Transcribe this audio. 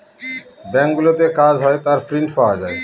ব্যাঙ্কগুলোতে কাজ হয় তার প্রিন্ট পাওয়া যায়